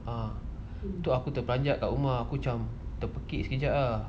ah aku terperanjat kat rumah aku macam terpekik sekejap ah